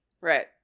Right